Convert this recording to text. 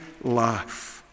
life